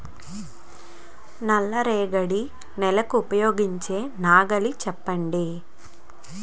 నల్ల రేగడి నెలకు ఉపయోగించే నాగలి చెప్పండి?